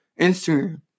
Instagram